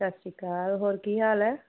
ਸਤਿ ਸ਼੍ਰੀ ਅਕਾਲ ਹੋਰ ਕੀ ਹਾਲ ਹੈ